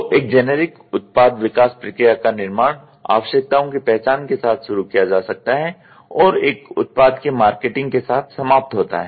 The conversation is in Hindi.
तो एक जेनेरिक उत्पाद विकास प्रक्रिया का निर्माण आवश्यकताओं की पहचान के साथ शुरू किया जा सकता है और एक उत्पाद की मार्केटिंग के साथ समाप्त होता है